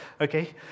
okay